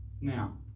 Now